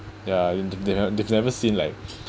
ya and they've never they've never seen like